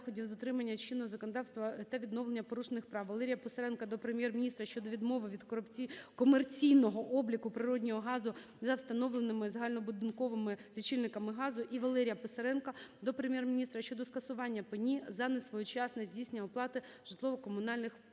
Валерія Писаренка до Прем'єр-міністра щодо скасування пені за несвоєчасне здійснення оплати житлово-комунальних послуг.